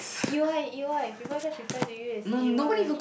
E Y E Y people just refer to you as E Y